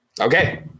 okay